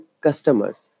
customers